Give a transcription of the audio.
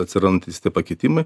atsirandantys pakitimai